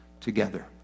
together